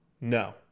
No